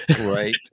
Right